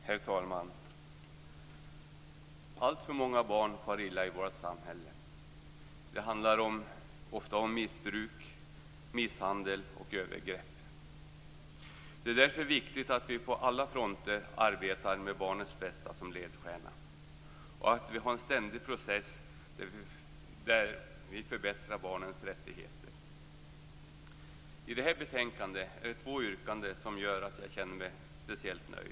Herr talman! Alltför många barn far illa i vårt samhälle. Det handlar ofta om missbruk, misshandel och övergrepp. Det är därför viktigt att vi på alla fronter arbetar med barnets bästa som ledstjärna och att vi har en ständig process för att förbättra barnens rättigheter. I detta betänkande är det två yrkanden som gör att jag känner mig speciellt nöjd.